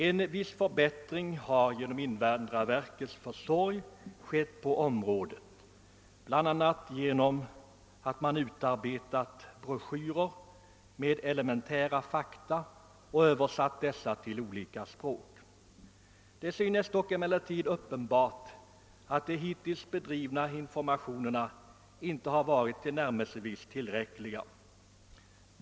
En viss förbättring har genom invandrarverkets försorg skett på området, bl.a. genom att man utarbetat broschyrer med elementära fakta och översatt dem till olika språk. Det synes emellertid uppenbart att den hittills bedrivna informationsverksamheten inte tillnärmelsevis har varit tillräcklig.